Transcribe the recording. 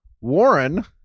Warren